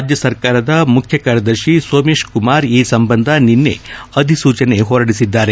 ರಾಜ್ಯ ಸರ್ಕಾರದ ಮುಖ್ಯ ಕಾರ್ಯದರ್ತಿ ಸೊಮೇಶ್ ಕುಮಾರ್ ಈ ಸಂಬಂಧ ನಿನ್ನೆ ಅಧಿಸೂಚನೆ ಹೊರಡಿಸಿದ್ದಾರೆ